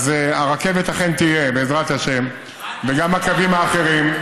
אז הרכבת אכן תהיה, בעזרת השם, וגם הקווים האחרים.